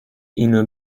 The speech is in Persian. اینا